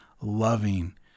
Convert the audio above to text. loving